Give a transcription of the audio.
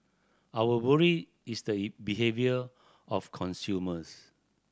our worry is the behaviour of consumers